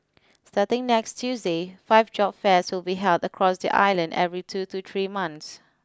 starting next Tuesday five job fairs will be held across the island every two to three months